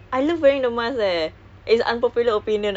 it's so rimas you like wearing the mask